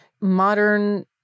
modern